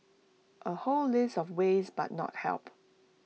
A whole list of ways but not help